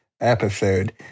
episode